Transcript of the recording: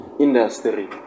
industry